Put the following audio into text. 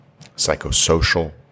psychosocial